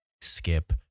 skip